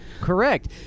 correct